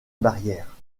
barrière